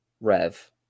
rev